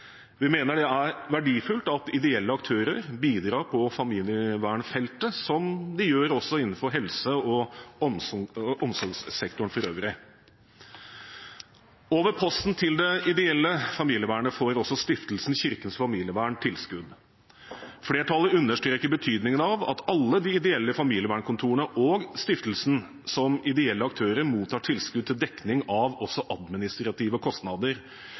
Vi mener det er verdifullt at ideelle aktører bidrar på familievernfeltet, som de også gjør innen helse- og omsorgssektoren for øvrig. Over posten til det ideelle familievernet får også Stiftelsen Kirkens Familievern tilskudd. Flertallet understreker betydningen av at alle de ideelle familievernkontorene og stiftelsen, som ideelle aktører, mottar tilskudd til dekning av også administrative kostnader,